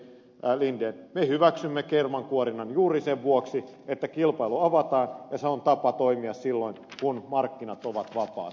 me hyväksymme kermankuorinnan juuri sen vuoksi että kilpailu avataan ja se on tapa toimia silloin kun markkinat ovat vapaat